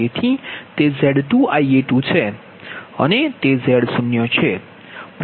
તેથી તે Z2Ia2 છે અને તે Z0 છે પ્ર્વાહ I0 છે